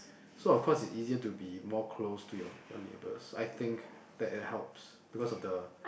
so of course it's easier to be more close to your your neighbours I think that it helps because of the